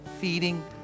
feeding